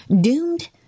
doomed